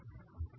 dWdt10dV E